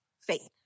faith